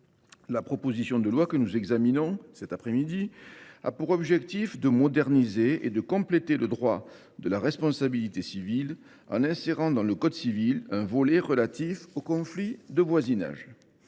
La proposition de loi que nous examinons cet après midi a pour objet de moderniser et de compléter le droit de la responsabilité civile en insérant dans le code civil un volet relatif aux conflits de voisinage.